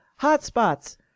hotspots